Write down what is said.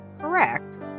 correct